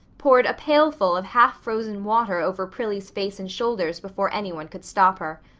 poured a pailful of half frozen water over prillie's face and shoulders before anyone could stop her.